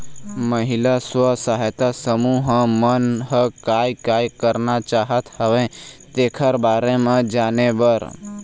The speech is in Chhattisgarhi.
महिला स्व सहायता समूह मन ह काय काय करना चाहत हवय तेखर बारे म जाने बर